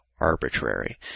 arbitrary